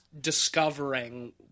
discovering